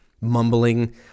mumbling